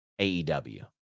AEW